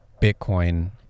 Bitcoin